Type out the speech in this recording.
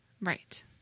Right